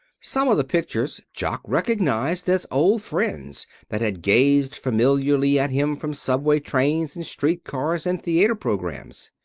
some of the pictures jock recognized as old friends that had gazed familiarly at him from subway trains and street cars and theater programmes.